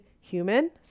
human